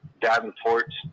Davenport